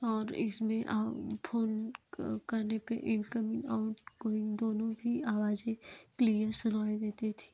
और इसमें आप फ़ोन करने पे इनकमिंग आउटगोइंग दोनों की आवाज ही क्लियर सुनाई देती थी